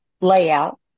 layout